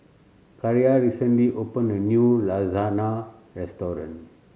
Kiarra recently opened a new Lasagna Restaurant